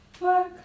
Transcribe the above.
work